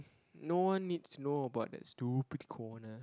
no one needs to know about that stupid corner